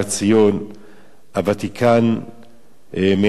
הוותיקן מייחס לזה ערך מיסטי,